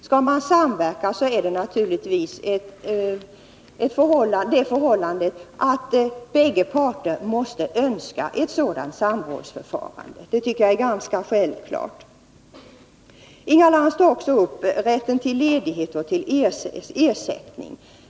Skall man samverka måste detta bygga på förhållandet att bägge parter önskar ett samrådsförfarande — det tycker jag är är ganska självklart. Inga Lantz tar också upp rätten till ledighet och till ersättning.